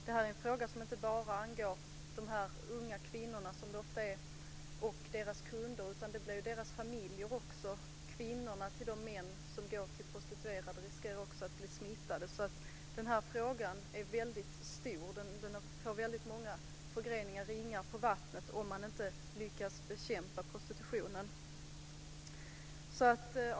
Det här är en fråga som inte bara angår de här kvinnorna och deras kunder, utan också deras familjer. Kvinnorna till de män som går till prostituerade riskerar också att bli smittade. Den här frågan är väldigt stor och får väldigt många förgreningar, som ringar på vattnet, om man inte lyckas bekämpa prostitutionen.